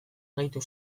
gehitu